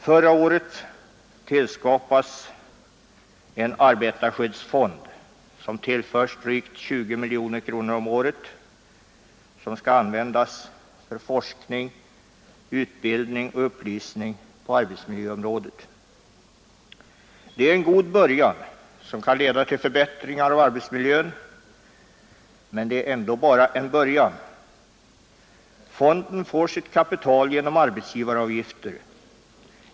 Förra året tillskapades en arbetarskyddsfond som tillförs drygt 20 miljoner kronor om året vilka skall användas för forskning, utbildning och upplysning på arbetsmiljöområdet. Det är en god början som kan leda till förbättringar i arbetsmiljön, men det är ändå bara en början. Fonden får sitt kapital genom arbetsgivaravgifter.